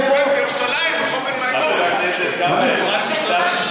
אה, מצאת את המטמון.